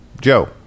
Joe